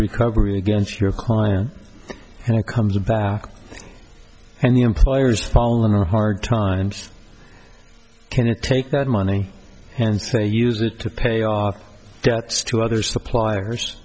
recovery against your client and it comes back and the employers fallen on hard times can you take that money and say use it to pay off debts to other suppliers